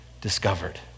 discovered